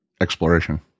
exploration